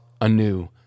anew